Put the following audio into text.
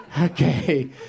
Okay